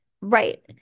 Right